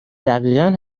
دقیقا